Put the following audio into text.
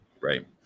Right